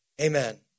Amen